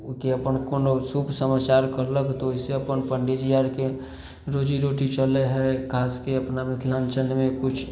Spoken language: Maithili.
ओहिके अपन कोनो शुभ समाचार कहलक तऽ ओहिसे अपन पंडी जी आरके रोजीरोटी चलै हइ खासके अपना मिथिलाञ्चलमे किछु